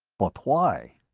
but why?